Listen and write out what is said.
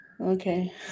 Okay